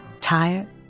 tired